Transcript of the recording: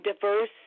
diverse